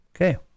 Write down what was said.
Okay